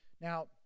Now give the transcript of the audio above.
Now